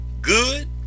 good